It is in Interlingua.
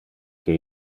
que